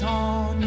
on